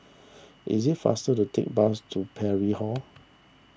it is faster to take bus to Parry Hall